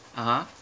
(uh huh)